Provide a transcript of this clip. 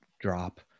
drop